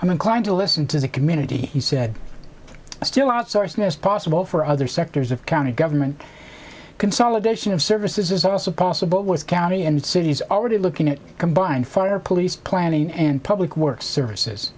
i'm inclined to listen to the community he said still outsourcing is possible for other sectors of county government consolidation of services is also possible with county and cities already looking at combined fire police planning and public works services